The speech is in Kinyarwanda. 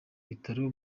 bitaro